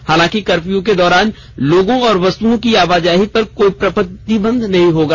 हालांकि कर्फ्यू के दौरान लोगों और वस्तुओं की आवाजाही पर कोई प्रतिबंध नहीं होगा